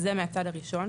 זה מהצד הראשון.